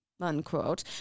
unquote